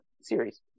series